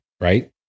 right